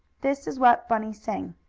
this is what bunny sang